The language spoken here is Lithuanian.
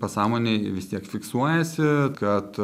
pasąmonėj vis tiek fiksuojasi kad